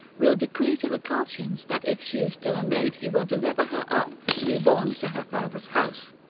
will decree to the colchians that if she is still a maid he will deliver her up to be borne to her father's house,